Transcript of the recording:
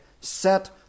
set